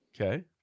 okay